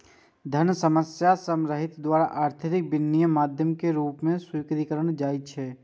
धन सामान्य सहमति द्वारा आर्थिक विनिमयक माध्यम के रूप मे स्वीकारल जाइ छै